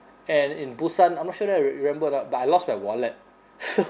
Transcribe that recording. and in busan I'm not sure that you re~ remember or not but I lost my wallet so